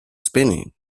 spinning